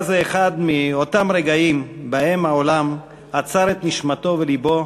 היה זה אחד מאותם רגעים שבהם העולם עצר את נשימתו ולבו